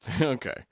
Okay